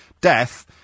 death